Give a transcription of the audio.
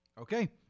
Okay